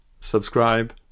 subscribe